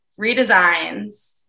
redesigns